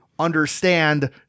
understand